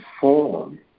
form